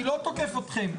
אני לא תוקף אתכם.